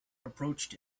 approached